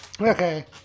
Okay